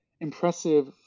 impressive